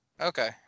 Okay